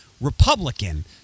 Republican